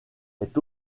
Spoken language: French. est